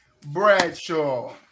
Bradshaw